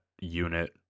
unit